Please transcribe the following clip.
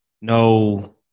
no